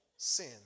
Sin